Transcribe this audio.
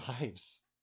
lives